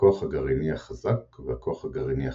הכוח הגרעיני החזק והכוח הגרעיני החלש.